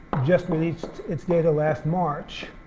just released its data last march.